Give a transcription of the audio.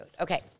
Okay